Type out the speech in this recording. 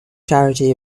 charity